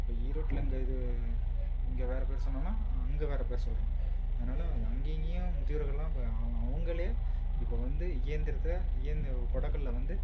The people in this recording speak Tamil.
இப்போ ஈரோட்டில் இங்கே இது இங்கே வேறு பேர் சொன்னோன்னா அங்கே வேறு பேர் சொல்லுறோம் அதனால் அங்கே இங்கேயும் முதியோர்கள் எல்லாம் அவங்க அவங் அவங்களே இப்போ வந்து இயந்திரத்தை இயந்த கொடக்கல்லை வந்து